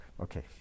Okay